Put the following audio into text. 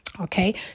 okay